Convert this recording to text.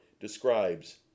describes